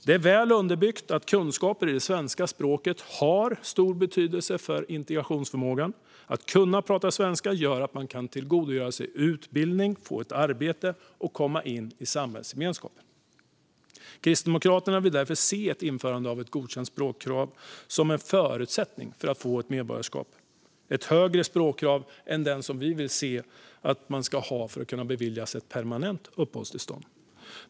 Det är väl underbyggt att kunskaper i svenska språket har stor betydelse för integrationsförmågan. Att kunna prata svenska gör att man kan tillgodogöra sig utbildning, få ett arbete och komma in i samhällsgemenskapen. Kristdemokraterna vill därför se införandet av ett godkänt språkprov som en förutsättning för att få ett medborgarskap. Det ska vara ett högre språkkrav än det som vi vill se för att beviljas ett permanent uppehållstillstånd.